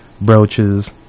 brooches